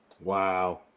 Wow